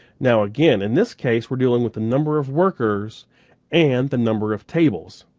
now again, in this case, we're dealing with the number of workers and the number of tables.